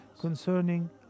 concerning